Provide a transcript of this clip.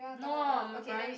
no my parents